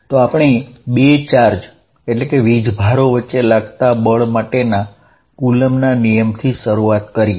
તો આપણે બે વિજભાર વચ્ચે લાગતા બળ માટેના કુલંબના નિયમથી શરુઆત કરીએ